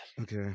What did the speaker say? Okay